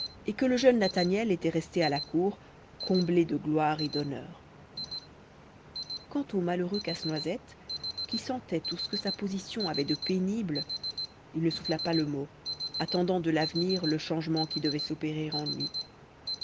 et que le jeune nathaniel était resté à la cour comblé de gloire et d'honneur quant au malheureux casse-noisette qui sentait tout ce que sa position avait de pénible il ne souffla pas le mot attendant de l'avenir le changement qui devait s'opérer en lui